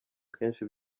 akenshi